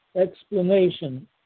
Explanation